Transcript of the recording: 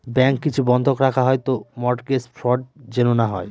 bank কিছু বন্ধক রাখা হয় তো মর্টগেজ ফ্রড যেন না হয়